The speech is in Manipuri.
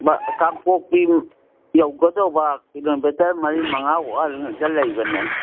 ꯀꯥꯡꯄꯣꯛꯄꯤ ꯌꯧꯒꯗꯧꯕ ꯀꯤꯂꯣꯃꯤꯇꯔ ꯃꯔꯤ ꯃꯉꯥ ꯋꯥꯠꯂꯤꯉꯩꯗ ꯂꯩꯕꯅꯦ